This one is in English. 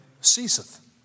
ceaseth